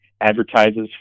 advertises